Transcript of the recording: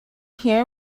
hear